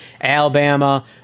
Alabama